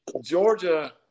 Georgia